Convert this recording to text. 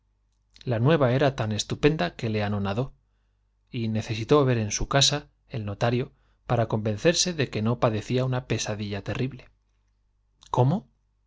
la nueva era tan estu el penda que le anonadó y necesitó ver en su casa notario convencerse de que no padecía una para terrible cómo